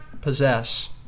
possess